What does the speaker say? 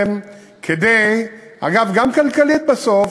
אגב, גם כלכלית, בסוף,